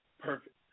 Perfect